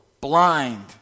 Blind